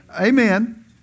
Amen